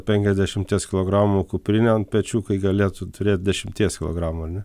penkiasdešimties kilogramų kuprinę ant pečių kai galėtų turėt dešimties kilogramų ane